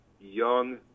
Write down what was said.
young